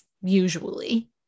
usually